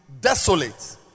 desolate